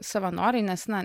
savanoriai nes na